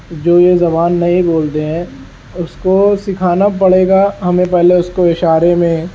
جو یہ زبان نہیں بولتے ہیں اس کو سکھانا پڑے گا ہمیں پہلے اس کو اشارے میں